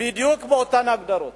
בדיוק באותן הגדרות.